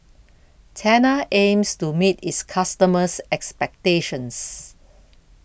Tena aims to meet its customers' expectations